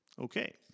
Okay